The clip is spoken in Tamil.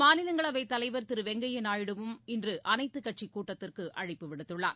மாநிலங்களவைத் தலைவர் திரு வெங்கப்யா நாயுடுவும் இன்று அனைத்துக் கட்சிக் கூட்டத்திற்கு அழைப்பு விடுத்துள்ளார்